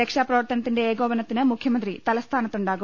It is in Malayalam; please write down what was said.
രക്ഷാപ്രവർത്തനത്തിന്റെ ഏകോപനത്തിന് മുഖ്യമന്ത്രി തല സ്ഥാനത്തുണ്ടാകും